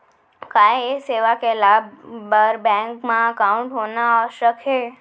का ये सेवा के लाभ बर बैंक मा एकाउंट होना आवश्यक हे